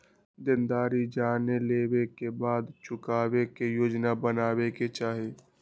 देनदारी जाने लेवे के बाद चुकावे के योजना बनावे के चाहि